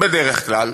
בדרך כלל,